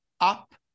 up